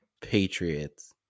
Patriots